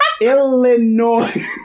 Illinois